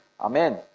Amen